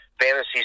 fantasy